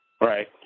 Right